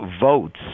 votes